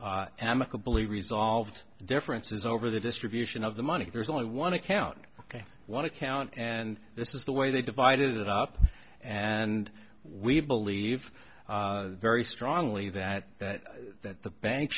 that amicably resolved differences over the distribution of the money there's only one account ok one account and this is the way they divide it up and we believe very strongly that that that the bank